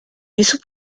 isso